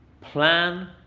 plan